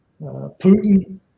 Putin